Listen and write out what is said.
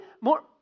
more